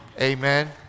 Amen